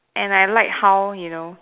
and I like how you know